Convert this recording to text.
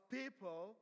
people